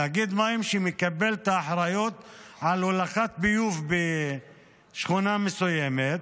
תאגיד מים שמקבל את האחריות על הולכת ביוב בשכונה מסוימת